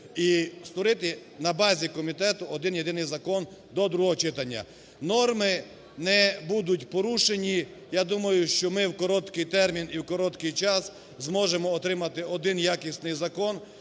і створити на базі комітету один-єдиний закон до другого читання. Норми не будуть порушені, я думаю, що ми в короткий термін і в короткий час зможемо отримати один якісний закон.